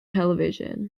television